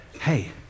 hey